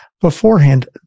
beforehand